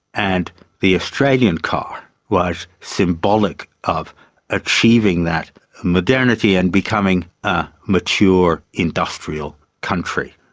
and the australian car was symbolic of achieving that modernity and becoming a mature industrial country.